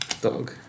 Dog